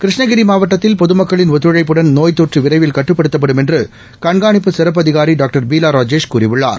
கிருஷ்ணகிரிமாவட்டத்தில் பொதுமக்களின் ஒத்துழைப்புடன் நோய் தொற்றுவிரைவில் கட்டுப்படுத்தப்படும் என்றுகண்காணிப்பு சிறப்பு அதிகாரிடாக்டர் பீலாராஜேஷ் கூறியுள்ளார்